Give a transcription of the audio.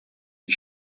dès